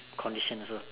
condition also